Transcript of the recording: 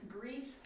Greece